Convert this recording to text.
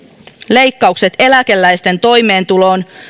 leikkaukset eläkeläisten toimeentuloon